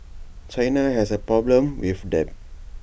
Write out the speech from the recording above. China has A problem with debt